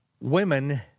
women